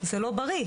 זה לא בריא,